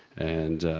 and,